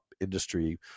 industry